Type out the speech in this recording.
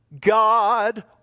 God